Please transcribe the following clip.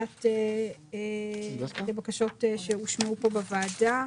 לבקשות שהושמעו פה בוועדה.